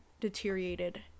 deteriorated